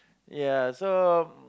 ya so